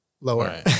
lower